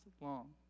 long